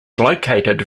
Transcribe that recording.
located